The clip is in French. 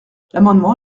l’amendement